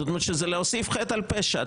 זאת אומרת שזה להוסיף חטא על פשע.